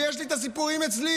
ויש לי את הסיפורים אצלי.